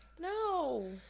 No